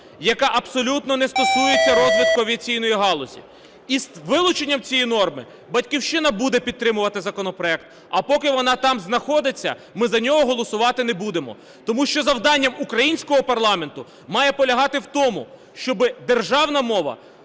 яка абсолютно не стосується розвитку авіаційної галузі. Із вилученням цієї норми "Батьківщина" буде підтримувати законопроект, а поки вона там знаходиться, ми за нього голосувати не будемо. Тому що завдання українського парламенту має полягати в тому, щоб державна мова